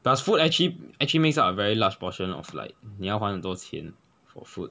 does food actually actually makes up a very large portion of like 你要还很多钱 for food